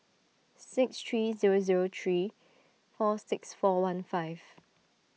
six three zero zero three four six four one five